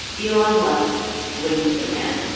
elon musk blinked at the man,